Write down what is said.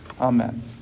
Amen